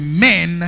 men